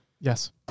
Yes